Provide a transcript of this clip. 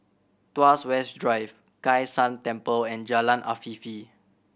Tuas West Drive Kai San Temple and Jalan Afifi